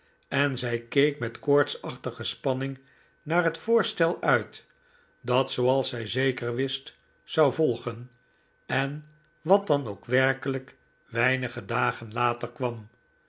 en zij keek met koortsachtige spanning naar het voorstel uit dat zooals zij zeker wist zou volgen en wat dan ook werkelijk weinige dagen later kwam